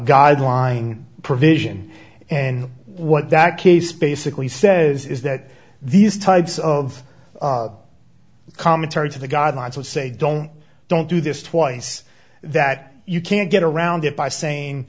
lying provision and what that case basically says is that these types of commentary to the guidelines would say don't don't do this twice that you can't get around it by saying